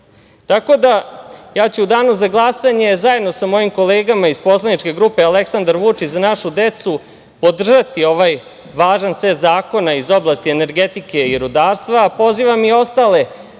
da, ja ću u danu za glasanje, zajedno sa mojim kolegama iz poslaničke grupe Aleksandar Vučić – Za našu decu, podržati ovaj važan set zakona iz oblasti energetike i rudarstva, a pozivam i ostale